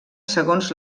segons